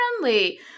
friendly